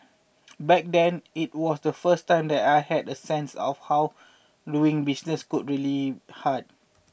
back then it was the first time that I had a sense of how doing business could be really hard